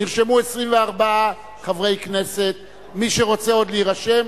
נרשמו 24 חברי כנסת, מי שרוצה עוד להירשם,